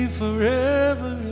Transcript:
forever